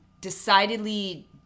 decidedly